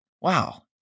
Wow